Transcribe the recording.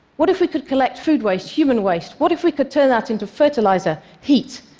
what if we could collect food waste, human waste? what if we could turn that into fertilizer, heat,